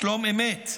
שלום אמת,